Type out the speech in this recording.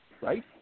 Right